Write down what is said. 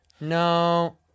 No